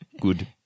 good